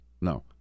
No